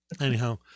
Anyhow